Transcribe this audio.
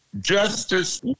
Justice